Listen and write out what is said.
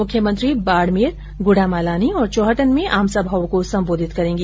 मुख्यमंत्री बाडमेर गुढामालानी और चौहटन में आम सभाओं को संबोधित करेंगी